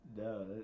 No